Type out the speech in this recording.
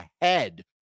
ahead